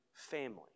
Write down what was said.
family